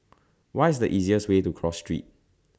What IS The easiest Way to Cross Street